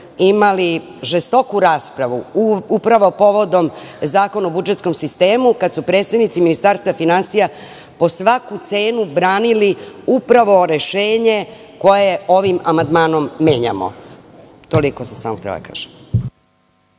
imali žestoku raspravu upravo povodom Zakona o budžetskom sistemu, kada su predstavnici Ministarstva finansija po svaku cenu branili upravo rešenje koje ovim amandmanom menjamo. Toliko sam samo htela da kažem.